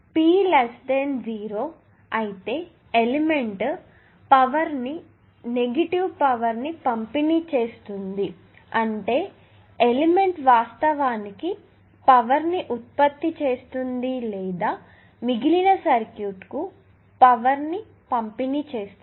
P 0 అయితే element power ను negative power ని పంపిణీ చేస్తుంది అంటే ఎలిమెంట్ వాస్తవానికి పవర్ ని ఉత్పత్తి చేస్తుంది లేదా మిగిలిన సర్క్యూట్కు పవర్ ను పంపిణీ చేస్తుంది